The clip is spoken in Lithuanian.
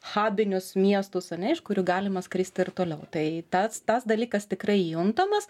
habinius miestus ane iš kurių galima skristi ir toliau tai tas tas dalykas tikrai juntamas